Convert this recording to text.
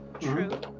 True